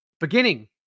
Beginning